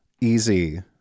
easy